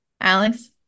Alex